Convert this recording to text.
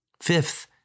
Fifth